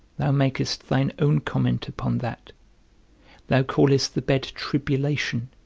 thou makest thine own comment upon that thou callest the bed tribulation,